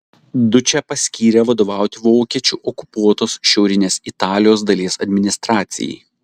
dučę paskyrė vadovauti vokiečių okupuotos šiaurinės italijos dalies administracijai